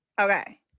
okay